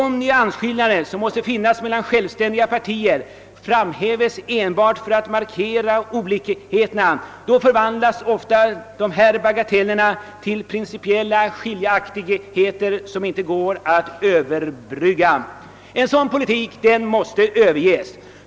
Om nyansskillnader som måste finnas mellan självständiga partier framhävs enbart för att man vill markera olikheterna, då förvandlas ofta bagateller till principiella skiljaktigheter som inte går att överbrygga. En sådan politik måste överges.